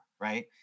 right